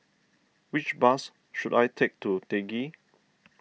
which bus should I take to Teck Ghee